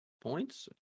points